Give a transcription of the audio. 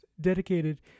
dedicated